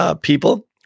People